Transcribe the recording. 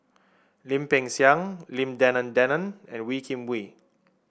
Lim Peng Siang Lim Denan Denon and Wee Kim Wee